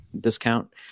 discount